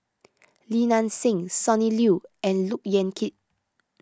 Li Nanxing Sonny Liew and Look Yan Kit